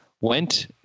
went